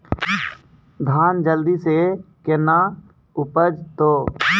धान जल्दी से के ना उपज तो?